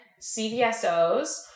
CVSOs